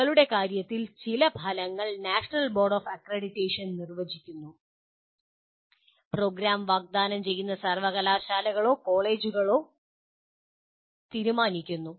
ഞങ്ങളുടെ കാര്യത്തിൽ ചില ഫലങ്ങൾ നാഷണൽ ബോർഡ് ഓഫ് അക്രഡിറ്റേഷൻ നിർവചിക്കുന്നു പ്രോഗ്രാം വാഗ്ദാനം ചെയ്യുന്ന സർവ്വകലാശാലകളോ കോളേജുകളോ തീരുമാനിക്കുന്നു